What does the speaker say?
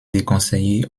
déconseillé